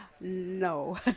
No